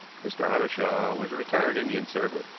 mr. ottershaw was a retired indian servant,